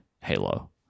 Halo